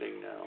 now